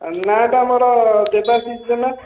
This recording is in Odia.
ନାଁ ଟା ମୋର ଦେବାଶିଷ ଜେନା